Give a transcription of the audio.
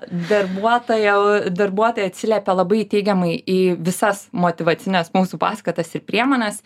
darbuotojau darbuotojai atsiliepia labai teigiamai į visas motyvacines mūsų paskatas ir priemones